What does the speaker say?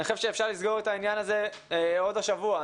אני חושב שאפשר לסגור את העניין הזה עוד השבוע.